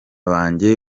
banjye